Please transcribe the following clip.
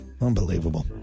Unbelievable